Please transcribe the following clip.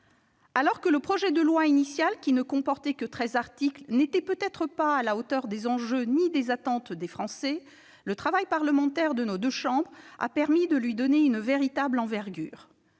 du texte. Le projet de loi initial, qui ne comportait que treize articles, n'était peut-être pas à la hauteur des enjeux et des attentes des Français. Le travail des deux chambres a permis de lui donner une véritable envergure.